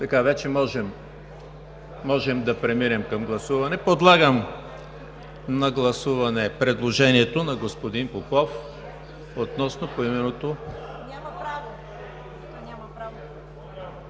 Ви. Вече можем да преминем към гласуване. Подлагам на гласуване предложението на господин Попов относно поименното… (Реплика: